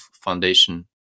Foundation